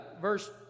verse